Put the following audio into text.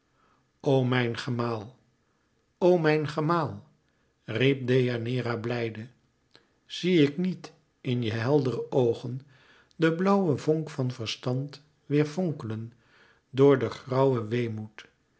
o mijn gemaal o mijn gemaal riep deianeira blijde zie ik niet in je heldere oogen den blauwen vonk van verstand weêr vonkelen door den grauwen weemoed